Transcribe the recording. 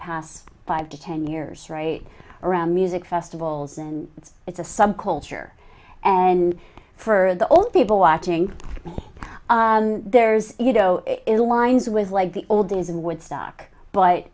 past five to ten years right around music festivals and it's it's a subculture and for the old people watching there's you know it aligns with like the old days in woodstock but